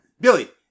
Billy